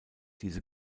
diese